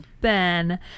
Ben